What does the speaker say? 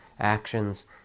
actions